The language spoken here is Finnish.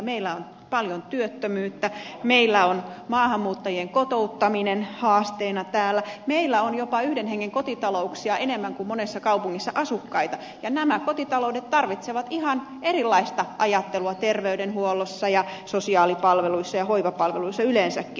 meillä on paljon työttömyyttä meillä on maahanmuuttajien kotouttaminen haasteena täällä meillä on jopa yhden hengen kotitalouksia enemmän kuin monessa kaupungissa asukkaita ja nämä kotitaloudet tarvitsevat ihan erilaista ajattelua terveydenhuollossa ja sosiaalipalveluissa ja hoivapalveluissa yleensäkin